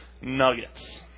nuggets